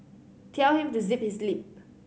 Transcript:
tell him to zip his lip